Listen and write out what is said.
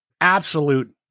absolute